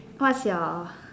what's your